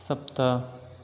सप्त